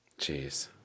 Jeez